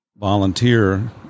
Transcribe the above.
volunteer